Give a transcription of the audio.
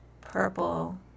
purple